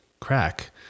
crack